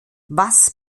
was